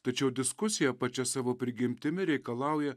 tačiau diskusija pačia savo prigimtimi reikalauja